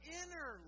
inner